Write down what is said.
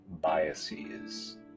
biases